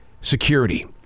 security